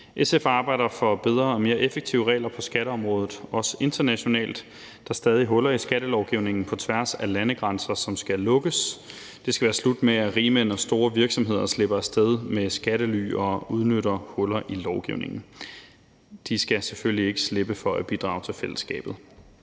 SF arbejder for bedre og mere effektive regler på skatteområdet, også internationalt. Der er stadig huller i skattelovgivningen på tværs af landegrænser, og de skal lukkes. Det skal være slut med, at rigmænd og store virksomheder slipper af sted med at benytte skattely og udnytte huller i lovgivningen. De skal selvfølgelig ikke slippe for at bidrage til fællesskabet.